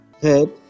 head